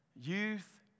Youth